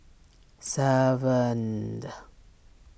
seven